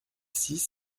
six